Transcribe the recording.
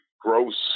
gross